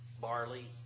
barley